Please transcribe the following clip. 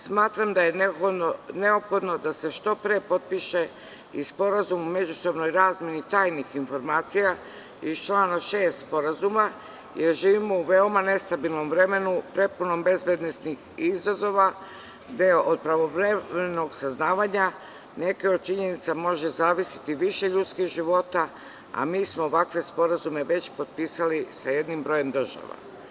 Smatram da je neophodno da se što pre potpiše i Sporazum o međusobnoj razmeni tajnih informacija iz člana 6. Sporazuma, jer živimo u veoma nestabilnom vremenu, prepunom bezbednosnih izazova, gde od pravovremenog saznavanja nekih od činjenica može zavisiti više ljudskih života, a mi smo ovakve sporazume već potpisali sa jednim brojem država.